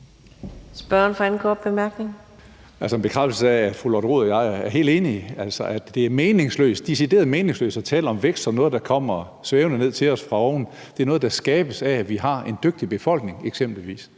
Hønge (SF): Det er altså en bekræftelse af, at fru Lotte Rod og jeg helt enige om, at det er decideret meningsløst at tale om vækst som noget, der kommer svævende ned til os fra oven. Det er noget, der skabes af, at vi eksempelvis har en dygtig befolkning, at vi